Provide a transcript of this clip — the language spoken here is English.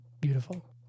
Beautiful